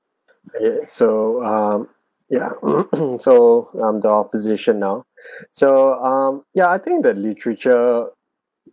okay so um yeah so I'm the opposition now so um yeah I think the literature